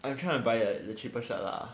I'm trying to buy a the cheaper shirt lah